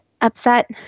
upset